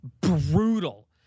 brutal